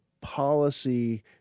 policy